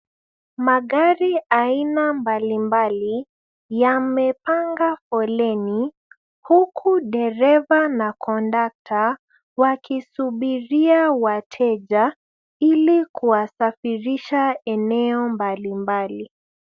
Magari aina mbalibali yamepanga foleni, huku dereva na kondakta, wakisubiri wateja ili kuwasafirisha eneo mbalimbali.